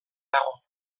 dago